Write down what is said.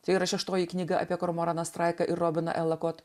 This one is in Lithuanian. tai yra šeštoji knyga apie kormoranus taiką ir robiną evakuoti